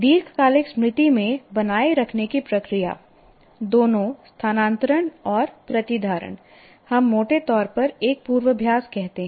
दीर्घकालिक स्मृति में बनाए रखने की प्रक्रिया दोनों स्थानांतरण और प्रतिधारण हम मोटे तौर पर एक पूर्वाभ्यास कहते हैं